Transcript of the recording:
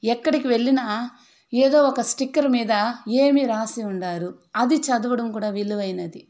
ఎక్కడికి వెళ్ళినా ఏదో ఒక స్టిక్కర్ మీద ఏమి రాసి ఉండారు అది చదవడం కూడా విలువైనది